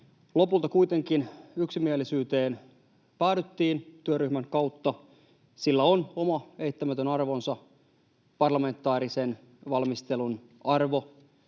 Lopulta kuitenkin yksimielisyyteen päädyttiin työryhmän kautta. Sillä on oma eittämätön arvonsa, parlamentaarisen valmistelun arvo,